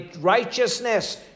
righteousness